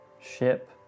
ship